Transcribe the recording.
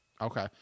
Okay